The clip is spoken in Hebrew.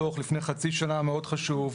דוח לפני חצי שנה מאוד חשוב,